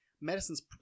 medicine's